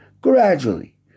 gradually